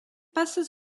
passes